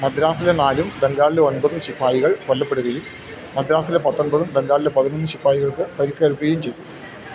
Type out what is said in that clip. മദ്രാസിലെ നാലും ബംഗാളിലെ ഒൻപതും ശിപ്പായികള് കൊല്ലപ്പെടുകയും മദ്രാസിലെ പത്തൊൻപതും ബംഗാളിലെ പതിനഞ്ചും ശിപ്പായികള്ക്ക് പരിക്കേൽക്കുകയും ചെയ്തു